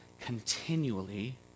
continually